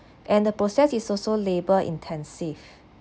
and the process is also labor intensive